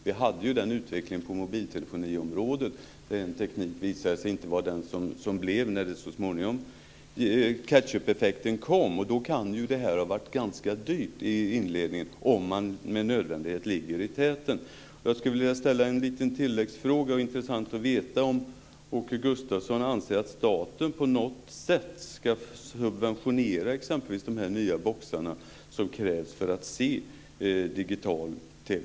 Vi hade en sådan utveckling på mobiltelefoniområdet, där en teknik visade sig inte vara den som det blev när ketchupeffekten så småningom kom. Då kan ju det här i inledningen ha varit ganska dyrt, om man med nödvändighet ligger i täten. Jag skulle vilja ställa en liten tilläggsfråga. Det vore intressant att veta om Åke Gustavsson anser att staten på något sätt ska subventionerna exempelvis de nya boxar som krävs för att se digital TV.